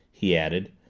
he added,